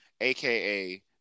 aka